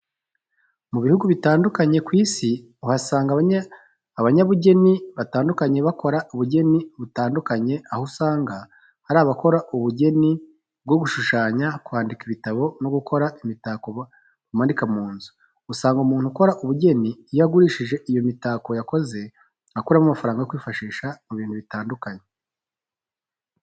Mu bihugu bitandukanye ku isi uhasanga abanyabujyeni batandukanye bakora ubujyeni butandukanye aho usanga hari abakora ubujyeni bwo gushushanya, kwandika ibitabo no gukora imitako bamanika mu nzu. Usanga umuntu ukora ubujyeni iyo agurishije iyo mitako yakoze akuramo amafaranga yo kwifashisha mu bintu bitandukanye.